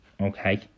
Okay